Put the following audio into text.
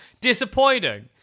disappointing